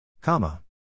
Comma